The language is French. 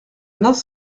nos